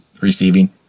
receiving